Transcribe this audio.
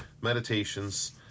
meditations